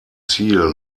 ziel